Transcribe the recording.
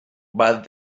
but